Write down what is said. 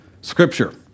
Scripture